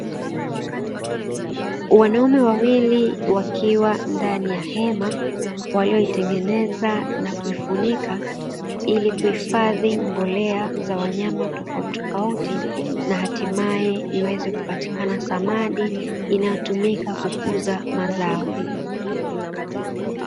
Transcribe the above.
Wanaume wawili wakiwa ndani ya hema waliotengeneza na kuifunika ili kuhifadhi mbolea za wanyama tofauti na hatimaye iweze kupatikana samadi inatumika kukuza mazao.